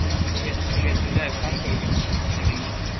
হ্যাঁ ঠিক আছে ঠিক আছে চলে আয় ফোন করবি যে দিন আসবি